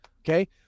Okay